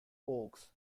oaks